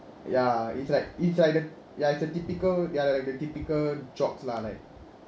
ya it's like it's like the ya it's a typical ya like the typical jocks lah like